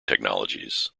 technologies